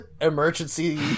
emergency